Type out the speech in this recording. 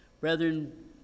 Brethren